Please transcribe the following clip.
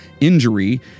injury